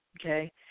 okay